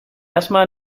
asma